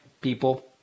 People